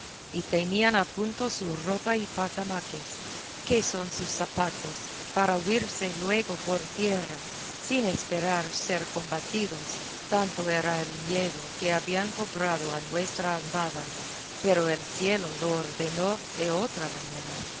y tenían a punto su ropa y pasamaques que son sus zapatos para huirse luego por tierra sin esperar ser combatidos tanto era el miedo que habían cobrado a nuestra armada pero el cielo lo ordenó de otra manera